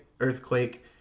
earthquake